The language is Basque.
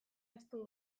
estu